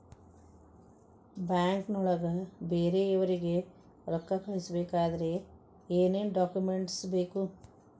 ಬ್ಯಾಂಕ್ನೊಳಗ ಬೇರೆಯವರಿಗೆ ರೊಕ್ಕ ಕಳಿಸಬೇಕಾದರೆ ಏನೇನ್ ಡಾಕುಮೆಂಟ್ಸ್ ಬೇಕು?